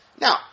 Now